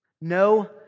No